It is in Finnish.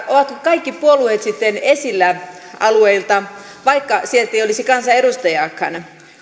ovatko kaikki puolueet sitten esillä alueilta vaikka sieltä ei olisi kansanedustajiakaan